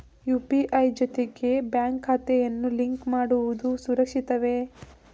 UPI ಜೊತೆಗೆ bank ಖಾತೆಯನ್ನು link ಮಾಡುವುದು ಸುರಕ್ಷಿತವೇ?